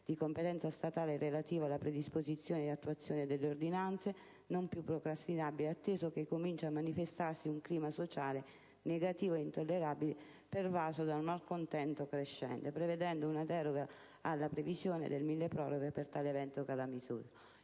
di competenza statale relativo alla predisposizione e all’attuazione delle ordinanze, ormai non piuprocrastinabile, atteso che comincia a manifestarsi un clima sociale negativo intollerabile, pervaso da un malcontento crescente, prevedendo altresı una deroga alla previsione del milleproroghe per tale evento calamitoso.